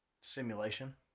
simulation